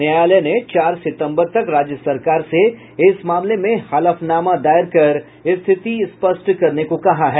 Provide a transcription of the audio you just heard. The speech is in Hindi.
न्यायालय ने चार सितम्बर तक राज्य सरकार से इस मामले में जबावी हलफनामा दायर कर स्थिति स्पष्ट करने को कहा है